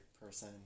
person